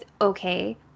okay